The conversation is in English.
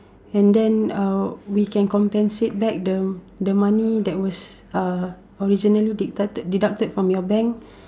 and then uh we can compensate back the the money that was uh originally deducted deducted from your bank